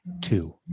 Two